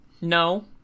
No